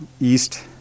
east